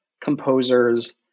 composers